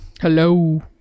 Hello